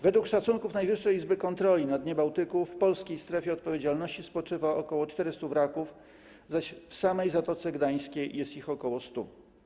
Według szacunków Najwyższej Izby Kontroli na dnie Bałtyku w polskiej strefie odpowiedzialności spoczywa ok. 400 wraków, zaś w samej Zatoce Gdańskiej jest ich ok. 100.